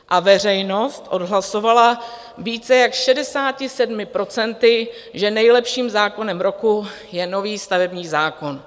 A veřejnost odhlasovala více jak 67 %, že nejlepším zákonem roku je nový stavební zákon.